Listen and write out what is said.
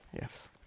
Yes